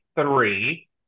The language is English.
three